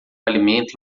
alimento